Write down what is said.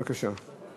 בבקשה.